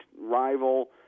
rival